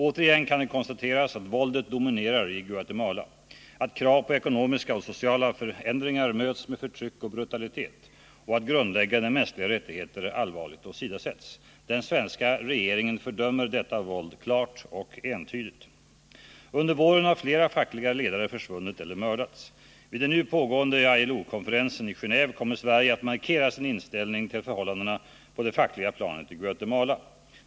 Återigen kan det konstateras att våldet dominerar i Guatemala, att krav på ekonomiska och sociala förändringar möts med förtryck och brutalitet och att grundläggande mänskliga rättigheter allvarligt åsidosätts. Den svenska regeringen fördömer detta våld, klart och entydigt. Under våren har flera fackliga företrädare försvunnit eller mördats. Vid den nu pågående ILO-konferensen i Gen&ve kommer Sverige att markera sin inställning till förhållandena på det fackliga planet i Guatemala.